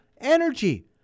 energy